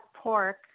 pork